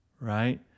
right